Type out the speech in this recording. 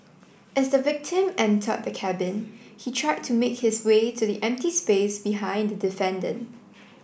as the victim entered the cabin he tried to make his way to the empty space behind the defendant